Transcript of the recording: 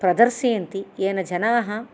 प्रदर्शयन्ति येन जनाः